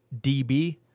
DB